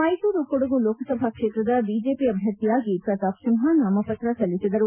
ಮೈಸೂರು ಕೊಡಗು ಲೋಕಸಭಾ ಕ್ಷೇತ್ರದ ಬಿಜೆಪಿ ಅಭ್ಯರ್ಥಿಯಾಗಿ ಪ್ರತಾಪ್ ಸಿಂಹ ನಾಮಪತ್ರ ಸಲ್ಲಿಸಿದರು